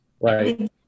Right